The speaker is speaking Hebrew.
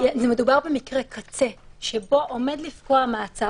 על כל